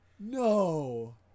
No